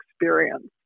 experience